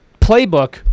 playbook